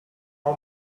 how